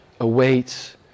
awaits